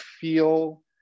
feel